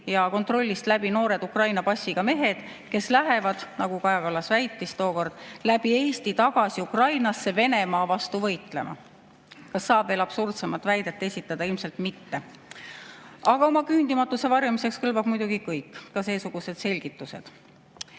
ja kontrollist läbi noored Ukraina passiga mehed, kes lähevad, nagu Kaja Kallas väitis tookord, läbi Eesti tagasi Ukrainasse Venemaa vastu võitlema. Kas saab veel absurdsemat väidet esitada? Ilmselt mitte. Aga oma küündimatuse varjamiseks kõlbab muidugi kõik, ka seesugused selgitused. Meid